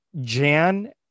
Jan